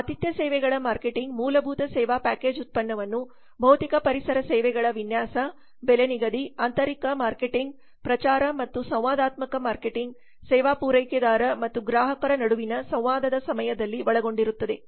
ಆತಿಥ್ಯ ಸೇವೆಗಳ ಮಾರ್ಕೆಟಿಂಗ್ ಮೂಲಭೂತ ಸೇವಾ ಪ್ಯಾಕೇಜ್ ಉತ್ಪನ್ನವನ್ನು ಭೌತಿಕ ಪರಿಸರ ಸೇವೆಗಳ ವಿನ್ಯಾಸ ಬೆಲೆ ನಿಗದಿ ಆಂತರಿಕ ಮಾರ್ಕೆಟಿಂಗ್ ಪ್ರಚಾರ ಮತ್ತು ಸಂವಾದಾತ್ಮಕ ಮಾರ್ಕೆಟಿಂಗ್ ಸೇವಾ ಪೂರೈಕೆದಾರ ಮತ್ತು ಗ್ರಾಹಕರ ನಡುವಿನ ಸಂವಾದದ ಸಮಯದಲ್ಲಿ ಒಳಗೊಂಡಿರುತ್ತದೆ